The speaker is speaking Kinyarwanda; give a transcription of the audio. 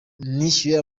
nishyuye